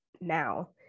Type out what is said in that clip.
now